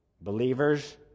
believers